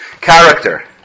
character